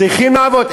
צריכים לעבוד.